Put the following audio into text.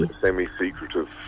Semi-secretive